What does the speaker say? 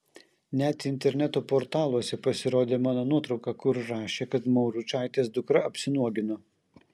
net interneto portaluose pasirodė mano nuotrauka kur rašė kad mauručaitės dukra apsinuogino